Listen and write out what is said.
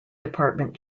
department